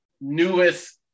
newest